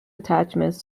attachments